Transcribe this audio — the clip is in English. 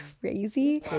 crazy